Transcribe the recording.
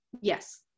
Yes